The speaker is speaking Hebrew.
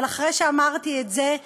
אבל אחרי שאמרתי את זה,